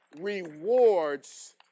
rewards